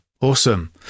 Awesome